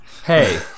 Hey